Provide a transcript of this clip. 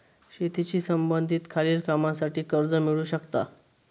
शेतीशी संबंधित खालील कामांसाठी कर्ज मिळू शकता